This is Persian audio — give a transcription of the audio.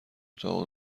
اتاق